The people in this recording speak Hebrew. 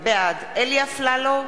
בעד אלי אפללו,